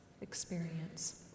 experience